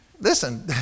listen